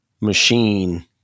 machine